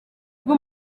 bwo